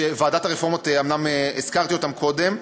ועדת הרפורמות, אומנם הזכרתי אותם קודם,